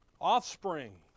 Offspring